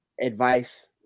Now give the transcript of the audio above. advice